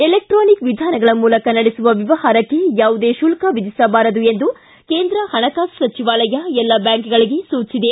electronic ವಿಧಾನಗಳ ಮೂಲಕ ನಡೆಸುವ ವ್ಯವಹಾರಕ್ಕೆ ಯಾವುದೇ ಶುಲ್ಕ ವಿಧಿಸಬಾರದು ಎಂದು ಕೇಂದ್ರ ಹಣಕಾಸು ಸಚಿವಾಲಯ ಎಲ್ಲ ಬ್ಹಾಂಕ್ಗಳಿಗೆ ಸೂಚಿಸಿದೆ